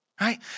Right